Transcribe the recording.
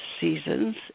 seasons